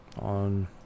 on